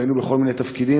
והיינו בכל מיני תפקידים,